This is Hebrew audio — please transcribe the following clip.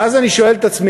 ואז אני שואל את עצמי,